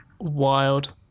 Wild